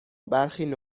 برخی